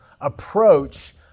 approach